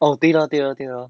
oh 对 lor 对 lor 对 lor